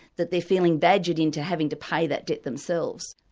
that they're feeling badgered into having to pay that debt themselves.